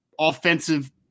offensive